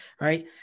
right